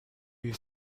you